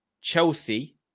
chelsea